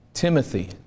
Timothy